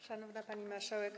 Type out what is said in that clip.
Szanowna Pani Marszałek!